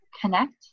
connect